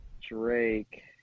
Drake